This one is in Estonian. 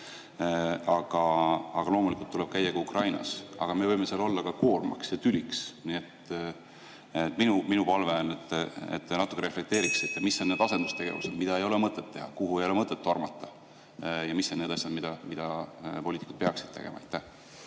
Loomulikult tuleb käia ka Ukrainas, aga me võime seal olla hoopis koormaks ja tüliks. Minu palve on, et te natuke reflekteeriksite, mis on need asendustegevused, mida ei ole mõtet teha, kuhu ei ole mõtet tormata. Ja mis on need asjad, mida poliitikud peaksid tegema?